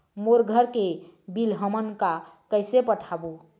मोर घर के बिल हमन का कइसे पटाबो?